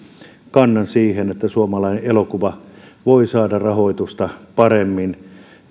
kannan siihen että suomalainen elokuva voi saada rahoitusta paremmin